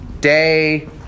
day